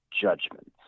judgments